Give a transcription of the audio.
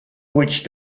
witch